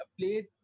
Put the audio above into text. played